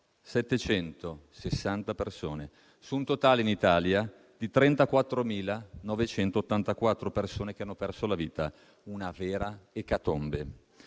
16.760 persone, su un totale in Italia di 34.984 persone che hanno perso la vita: una vera ecatombe.